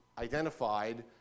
identified